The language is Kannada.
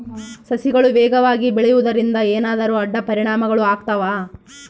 ಸಸಿಗಳು ವೇಗವಾಗಿ ಬೆಳೆಯುವದರಿಂದ ಏನಾದರೂ ಅಡ್ಡ ಪರಿಣಾಮಗಳು ಆಗ್ತವಾ?